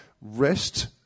Rest